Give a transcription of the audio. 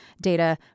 data